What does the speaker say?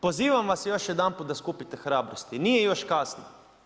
Pozivam vas još jedanput da skupite hrabrost, nije još kasno.